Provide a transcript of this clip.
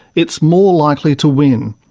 it's more likely to win.